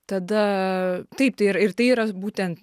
tada taip tai ir tai yra būten